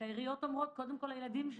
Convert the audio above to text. שהעיריות אומרות: קודם כול הילדים שלנו.